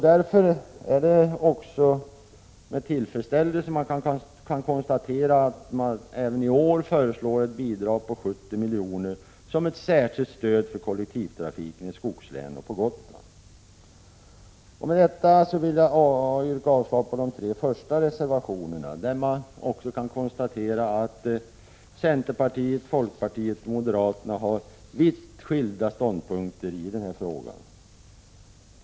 Därför är det också med tillfredsställelse man kan konstatera att det även i år föreslås ett bidrag på 70 milj.kr. som ett särskilt stöd för kollektivtrafiken i skogslänen och på Gotland. Med detta vill jag yrka avslag på de tre första reservationerna, vilka ger möjlighet att konstatera att centerpartiet, folkpartiet och moderata samlingspartiet har vitt skilda ståndpunkter i den här frågan.